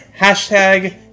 Hashtag